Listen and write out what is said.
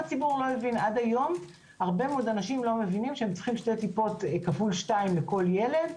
עד היום הרבה מאוד אנשים לא מבינים שהם צריכים 2 טיפות כפול 2 לכל ילד.